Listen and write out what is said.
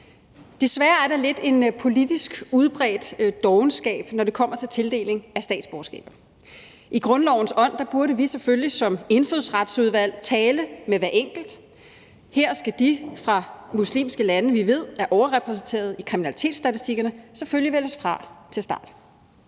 desværre lidt en politisk udbredt dovenskab, når det kommer til tildeling af statsborgerskaber. I grundlovens ånd burde vi selvfølgelig som Indfødsretsudvalg tale med hver enkelt, og her skal dem fra de muslimske lande, som vi ved er overrepræsenteret i kriminalitetsstatistikkerne, selvfølgelig vælges fra til en start.